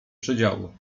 przedziału